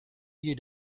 you